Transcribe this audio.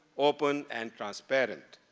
open, and transparent.